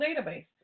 database